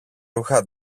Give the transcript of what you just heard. ρούχα